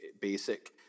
basic